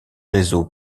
réseaux